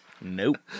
Nope